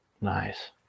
Nice